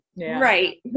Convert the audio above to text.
Right